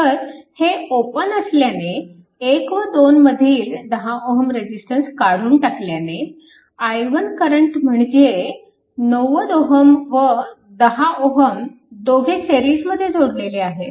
तर हे ओपन असल्याने 1 व 2 मधील 10Ω रेजिस्टन्स काढून टाकल्याने i1 करंट म्हणजे 90 Ω व 10Ω दोघे सिरीजमध्ये जोडलेले आहेत